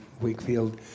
Wakefield